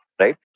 right